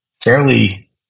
fairly